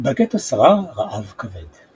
בגטו שרר רעב כבד.